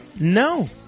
No